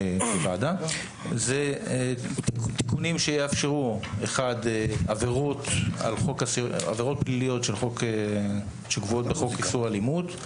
זה תיקונים שיאפשרו עבירות פליליות של חוק איסור אלימות,